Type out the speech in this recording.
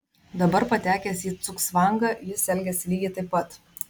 dabar patekęs į cugcvangą jis elgiasi lygiai taip pat